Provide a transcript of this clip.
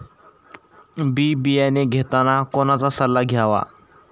बी बियाणे घेताना कोणाचा सल्ला घ्यावा?